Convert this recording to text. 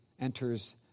enters